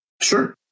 Sure